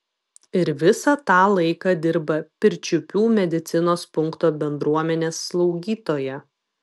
ir visą tą laiką dirba pirčiupių medicinos punkto bendruomenės slaugytoja